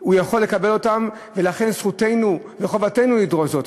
הוא יכול לקבל, ולכן זכותנו וחובתנו לדרוש זאת.